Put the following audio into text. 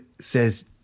says